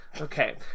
Okay